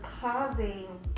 causing